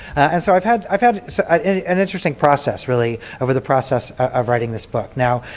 and so i've had i've had so an interesting process really over the process of writing this book. now,